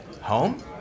Home